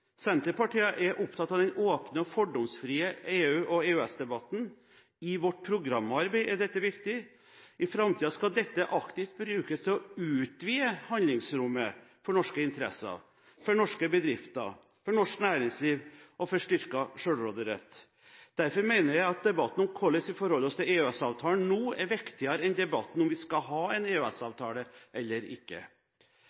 Senterpartiet er opptatt av den åpne og fordomsfrie EU- og EØS-debatten. I vårt programarbeid er dette viktig. I framtida skal dette aktivt brukes til å utvide handlingsrommet for norske interesser, for norske bedrifter, for norsk næringsliv og for styrket selvråderett. Derfor mener jeg at debatten om hvordan vi forholder oss til EØS-avtalen nå er viktigere enn debatten om vi skal ha en